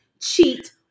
cheat